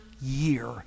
year